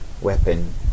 Weapon